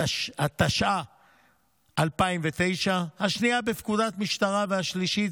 התש"ע 2009, שנייה, בפקודת המשטרה, והשלישית,